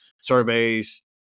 surveys